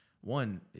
one